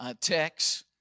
text